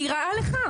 היא רעה לך.